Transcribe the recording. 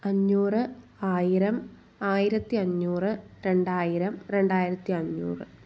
അഞ്ഞൂറ് ആയിരം ആയിരത്തി അഞ്ഞൂറ് രണ്ടായിരം രണ്ടായിരത്തി അഞ്ഞൂറ്